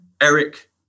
Eric